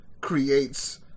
creates